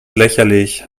lächerlich